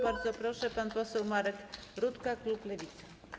Bardzo proszę, pan poseł Marek Rutka, klub Lewicy.